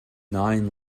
nine